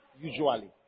usually